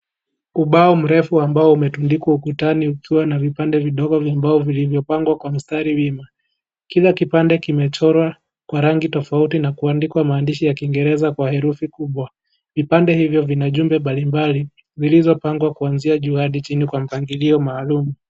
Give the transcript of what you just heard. Ubao mrefu ambao umetundikwa ukutani ukiwa na vipande vidogo vya mao vilivyopangwa kwa mstari wima, Kila kipande kimechorwa kwa rangi tofauti na kuandikwa maneno ya kiingereza kwa herufi kubwa , vipande hivyo vina ujumbe mbalimbali zilizo pangwa kuanzia juu hadi chini kwa mpangilio maalum.